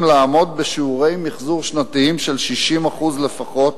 לעמוד בשיעורי מיחזור שנתיים של 60% לפחות